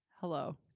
hello